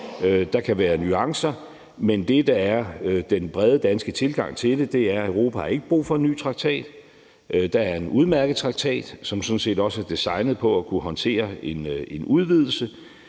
Der kan være nuancer, men det, der er den brede danske tilgang til det, er, at Europa ikke har brug for en ny traktat. Der er en udmærket traktat, som sådan set også er designet til at kunne håndtere en udvidelse.